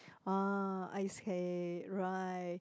ah I see right